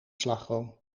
slagroom